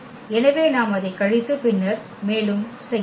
எனவே நாம் அதைக் கழித்து பின்னர் மேலும் செய்யலாம்